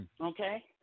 Okay